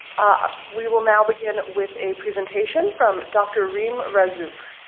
ah we will now begin with a presentation from dr. rim razzouk.